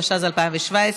התשע"ז 2017,